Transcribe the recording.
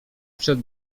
przed